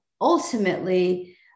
ultimately